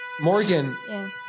Morgan